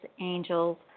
angels